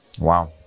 Wow